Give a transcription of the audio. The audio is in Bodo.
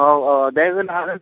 औ औ दे होनो हागोन